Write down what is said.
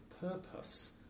purpose